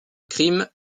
crime